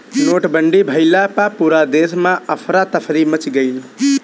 नोटबंदी भइला पअ पूरा देस में अफरा तफरी मच गईल